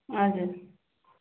हजुर